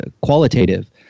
qualitative